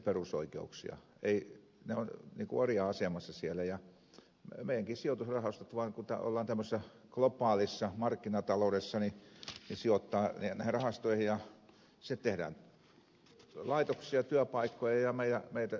ne ovat niin kuin orjan asemassa siellä ja meidänkin sijoitusrahastot vaan kun ollaan tämmöisessä globaalissa markkinataloudessa sijoittavat rahastoihin ja tehdään laitoksia ja työpaikkoja meiltä suomesta häviää